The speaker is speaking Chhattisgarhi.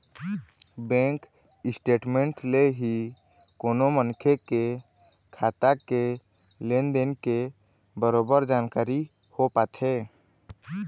बेंक स्टेटमेंट ले ही कोनो मनखे के खाता के लेन देन के बरोबर जानकारी हो पाथे